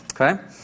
Okay